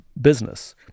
business